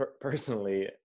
personally